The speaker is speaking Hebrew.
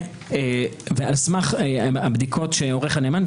על סמך הבדיקות שעורך הנאמן,